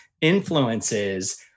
influences